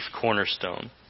cornerstone